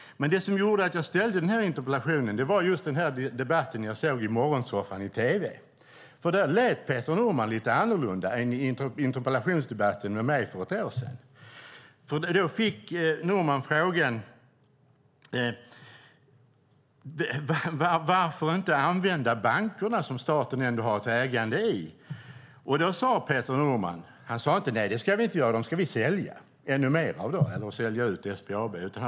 Men det som gjorde att jag ställde den här interpellationen var just debatten i morgonsoffan jag såg på tv. Där lät Peter Norman lite annorlunda än i interpellationsdebatten med mig för ett år sedan. Då fick Norman frågan: Varför inte använda bankerna, som staten ändå har ett ägande i? Peter Norman sade inte: Nej, det ska vi inte göra. Vi ska sälja ännu mer, eller vi ska sälja ut SBAB.